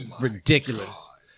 Ridiculous